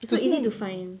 it's so easy to find